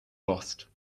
lost